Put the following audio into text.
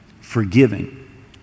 forgiving